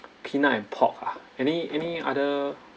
peanut and pork ah any any other